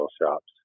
shops